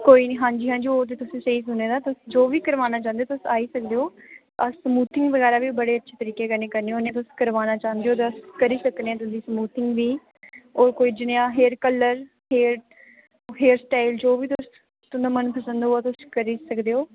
कोई नी हांजी हांजी ओह् ते तुसें स्हेई सुने दा तुस जो बी करवाना चाहंदे हो तुस आई सकदे ओ अस स्मूथनिंग बगैरा बी बड़े अच्छे तरीके कन्नै करने हुन्ने तुस करवाना चाहंदे ओ ते अस करी सकने आं तुंदी समूथनिंग बी होर कोई जनेहा hair colour hair hair style जो बी तुंदा मनपसंद उऐ तुस करी सकदे ओ